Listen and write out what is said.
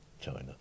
China